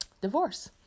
divorce